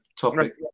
topic